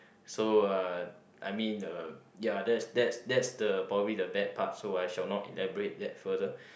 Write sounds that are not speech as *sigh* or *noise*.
so uh I mean uh ya that's that's that's the probably the bad part so I shall not elaborate that further *breath*